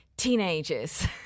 Teenagers